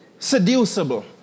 seducible